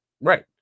Right